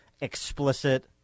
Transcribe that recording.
explicit